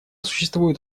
существуют